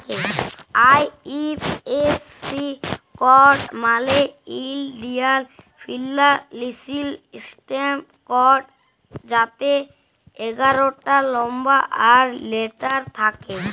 IFSC code মালে ইলডিয়াল financial system code যাতে এগারটা লম্বর আর লেটার থ্যাকে